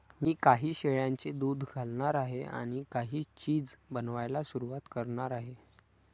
मी काही शेळ्यांचे दूध घालणार आहे आणि काही चीज बनवायला सुरुवात करणार आहे